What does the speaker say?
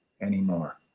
anymore